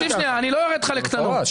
לא ארד אתך לקטנות.